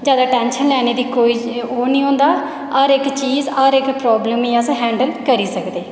ज्यादा टैंशन लैने दी कोई ओह् दी होंदा हर इक चीज हर इक प्राब्लम गी अस हैंडल करी सकदे ठीक ऐ